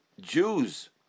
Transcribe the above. Jews